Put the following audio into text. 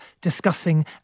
discussing